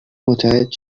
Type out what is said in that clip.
متعهد